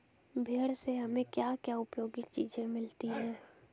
भेड़ से हमें क्या क्या उपयोगी चीजें मिलती हैं?